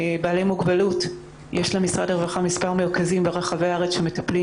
יש למשרד הרווחה מספר מרכזים ברחבי הארץ שמטפלים